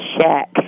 shack